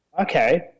Okay